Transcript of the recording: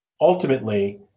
Ultimately